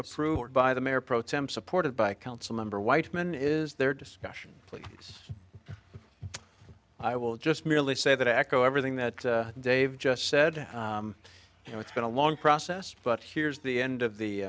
approved by the mayor pro tem supported by council member whiteman is there discussion please i will just merely say that i echo everything that dave just said you know it's been a long process but here's the end of the